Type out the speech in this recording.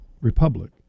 republic